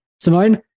Simone